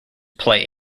play